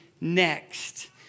next